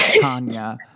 Tanya